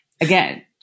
Again